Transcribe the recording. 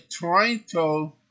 Toronto